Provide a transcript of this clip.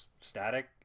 static